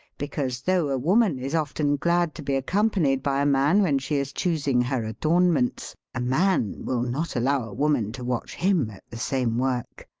because, though a woman is often glad to be accompanied by a man when she is choosing her adornments, a man will not allow a woman to watch him at the same work.